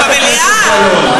במליאה.